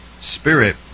spirit